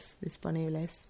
disponibles